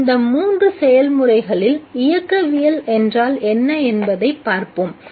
எனவே இந்த மூன்று செயல்முறைகளின் இயக்கவியல் என்றால் என்ன என்பதைப் பார்ப்போம்